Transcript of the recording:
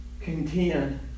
contend